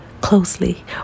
closely